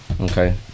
Okay